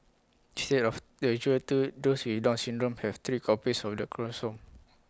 instead of the usual two those with down syndrome have three copies of the chromosome